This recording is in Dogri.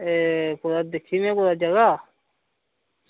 एह् कुदै दिक्खी में जगह